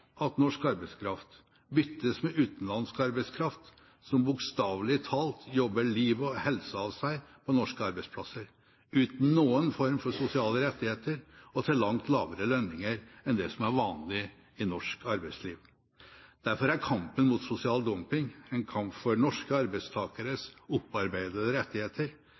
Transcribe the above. at norsk arbeidskraft byttes med utenlandsk arbeidskraft som bokstavelig talt jobber liv og helse av seg på norske arbeidsplasser uten noen form for sosiale rettigheter, og til langt lavere lønninger enn det som er vanlig i norsk arbeidsliv. Derfor er kampen mot sosial dumping en kamp for norske arbeidstakeres opparbeidede rettigheter,